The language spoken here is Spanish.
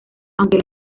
aunque